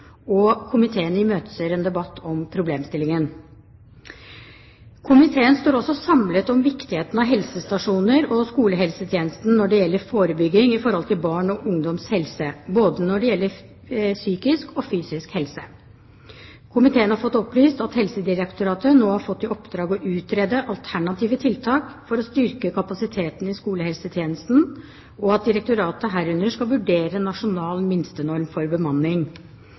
Komiteen imøteser en debatt om problemstillingen. Komiteen står også samlet om viktigheten av helsestasjoner og skolehelsetjenesten når det gjelder forebygging i forhold til barn og ungdoms helse, både med hensyn til psykisk og fysisk helse. Komiteen har fått opplyst at Helsedirektoratet nå har fått i oppdrag å utrede alternative tiltak for å styrke kapasiteten i skolehelsetjenesten, og at direktoratet herunder skal vurdere en nasjonal minstenorm for bemanning.